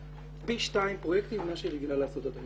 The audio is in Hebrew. פי שניים פרויקטים מאלה שהיא רגילה לעשות עד היום.